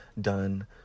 done